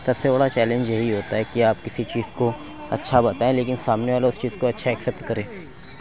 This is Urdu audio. سب سے بڑا چیلینج یہی ہوتا ہے کہ آپ کسی بھی چیز کو اچھا بتائیں لیکن سامنے والا اُس چیز کو اچھا ایکسیپٹ کرے